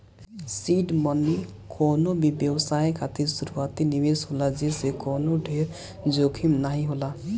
seed money कवनो भी व्यवसाय खातिर शुरूआती निवेश होला जेसे कवनो ढेर जोखिम नाइ होला